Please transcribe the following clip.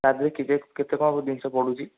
ତା' ଦେହରେ କି କେତେ କ'ଣ ହବ ଜିନିଷ ପଡ଼ୁଛି